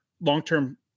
long-term